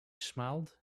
smiled